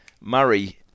Murray